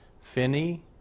Finney